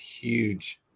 huge